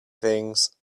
things